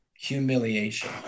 humiliation